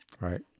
Right